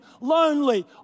lonely